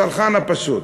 הצרכן הפשוט.